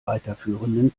weiterführenden